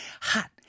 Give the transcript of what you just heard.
hot